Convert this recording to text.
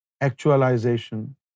actualization